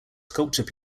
sculpture